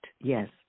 yes